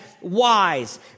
wise